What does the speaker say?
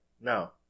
no